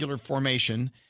formation